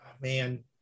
Man